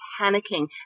panicking